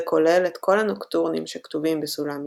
זה כולל את כל הנוקטורנים שכתובים בסולם מינורי,